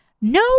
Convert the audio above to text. no